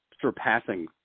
surpassing